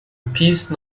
peace